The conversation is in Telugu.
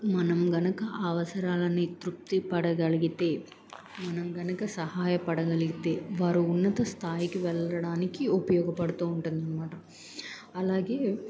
మనం కనుక ఆ అవసరాలని తృప్తి పడగలిగితే మనం కనుక సహాయపడగలిగితే వారు ఉన్నత స్థాయికి వెళ్ళడానికి ఉపయోగపడుతూ ఉంటుందనమాట అలాగే